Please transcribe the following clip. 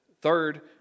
Third